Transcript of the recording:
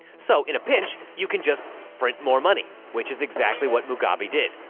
so, in a pinch, you can just print more money, which is exactly what mugabe did.